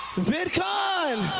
vidcon!